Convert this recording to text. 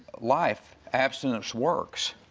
life. abstinence works.